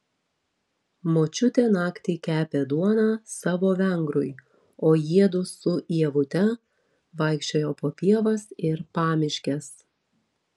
močiutė naktį kepė duoną savo vengrui o jiedu su ievute vaikščiojo po pievas ir pamiškes